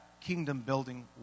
kingdom-building